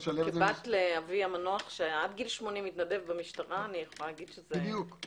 כבת לאבי המנוח שעד גיל 80 התנדב במשטרה זה רעיון מצוין.